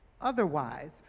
otherwise